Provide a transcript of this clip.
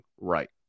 right